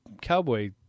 cowboy